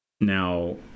Now